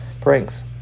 pranks